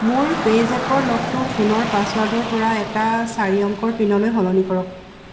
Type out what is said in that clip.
মোৰ পে'জেপৰ লকটো ফোনৰ পাছৱৰ্ডৰ পৰা এটা চাৰি অংকৰ পিনলৈ সলনি কৰক